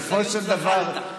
זחלת.